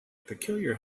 peculiar